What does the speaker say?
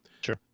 Sure